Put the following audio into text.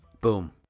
Boom